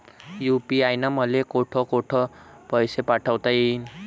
UPI न मले कोठ कोठ पैसे पाठवता येईन?